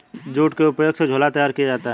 jute के उपयोग से झोला तैयार किया जाता है